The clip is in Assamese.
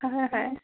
হয় হয় হয়